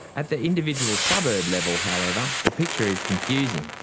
at the individual suburb level however, the picture is confusing.